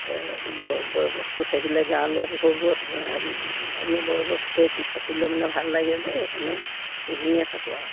বয় বয় বস্তু থাকিলে গাঁৱলীয়া ঘৰবোৰত এনেই বয় বস্তুসৈতি থাকিলে মানে ভাল লাগে যে সেইকাৰণে পুহিয়ে থাকোঁ আৰু